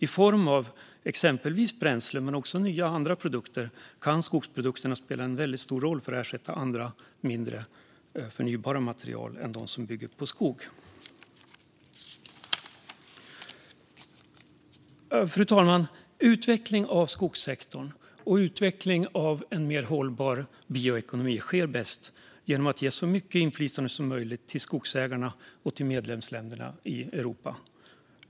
I form av exempelvis bränsle, men också som andra produkter, kan skogsprodukterna spela en väldigt stor roll för att ersätta andra, mindre förnybara, material än dem som bygger på skog. Fru talman! Utveckling av skogssektorn och utveckling av en mer hållbar bioekonomi sker bäst genom att man ger så mycket inflytande som möjligt till skogsägarna och till medlemsländerna i Europa.